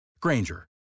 Granger